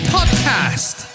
Podcast